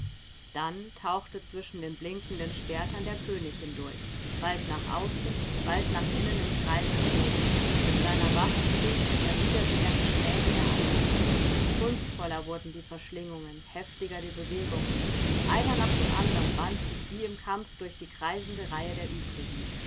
dann tauchte zwischen den blinkenden schwertern der könig hindurch bald nach außen bald nach innen im kreise schwebend mit seiner waffe fing und erwiderte er die schläge der anderen kunstvoller wurden die verschlingungen heftiger die bewegungen einer nach dem anderen wand sich wie im kampf durch die kreisende reihe der übrigen